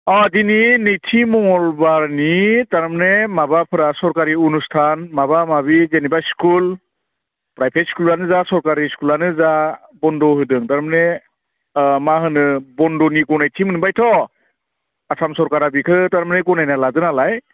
औ दिनै नैथि मंगलबारनि थारमानि माबाफोरा सरकारि अनुस्तान माबा माबि जेनबा स्कुल प्राइभेट स्कुलानो जा सरकारि स्कुलानो जा बन्द होदों थारमानि मा होनो बन्दनि गनायथि मोनबायथ' आसाम सरकारा बिखौ थारमानि गनायना लादों नालाय